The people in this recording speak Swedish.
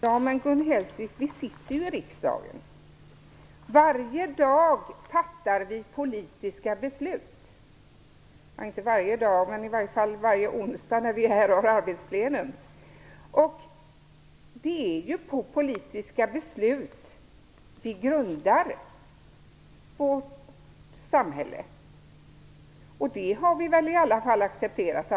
Herr talman! Men vi sitter ju i riksdagen och fattar politiska beslut vid varje arbetsplenum. Det är på politiska beslut som vi grundar vårt samhälle. Det har vi väl i alla fall accepterat.